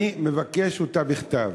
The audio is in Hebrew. אני מבקש אותה בכתב.